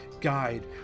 guide